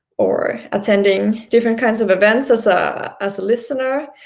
or attending different kinds of events as ah as a listener,